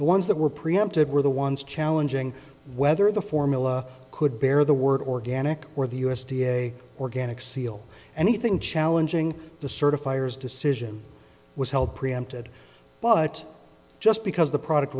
the ones that were preempted were the ones challenging whether the formula could bear the word organic or the u s d a organic seal anything challenging the certifiers decision was held preempted but just because the product